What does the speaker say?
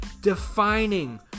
defining